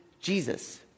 Jesus